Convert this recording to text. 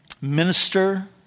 minister